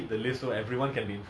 !wah!